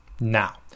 Now